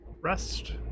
rest